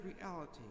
reality